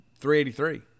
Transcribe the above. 383